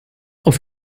auf